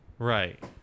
Right